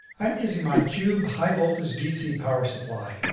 i'm using my cube high voltage, dc power supply.